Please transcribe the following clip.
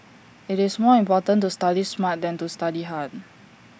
IT is more important to study smart than to study hard